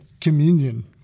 Communion